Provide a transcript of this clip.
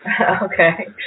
Okay